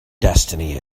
destiny